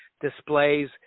displays